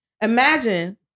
Imagine